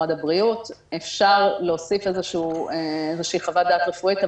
אפשר להוסיף חוות דעת רפואית,